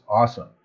awesome